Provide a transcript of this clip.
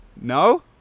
no